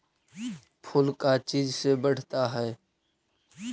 फूल का चीज से बढ़ता है?